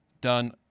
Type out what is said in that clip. done